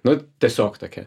nu tiesiog tokia